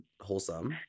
wholesome